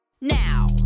now